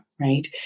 right